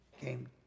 came